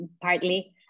Partly